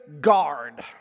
guard